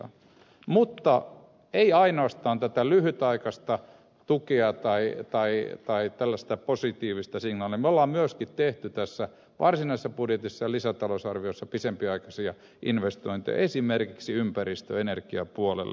mutta ei tarvita ainoastaan tätä lyhytaikaista tukea tai tällaista positiivista signaalia me olemme myöskin tehneet tässä varsinaisessa budjetissa ja lisätalousarviossa pidempiaikaisia investointeja esimerkiksi ympäristö ja energiapuolelle